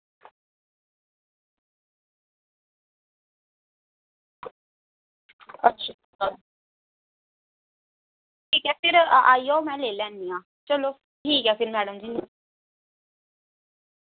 अच्छा ठीक ऐ फिर आई जाओ में लैन्नी आं चलो ठीक ऐ फिर मैडम जी